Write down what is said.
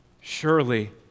Surely